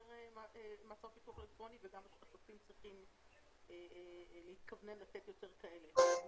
מעצר בפיקוח אלקטרוני וגם השופטים צריכים להתכוונן לתת יותר כאלה.